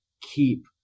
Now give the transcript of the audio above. keep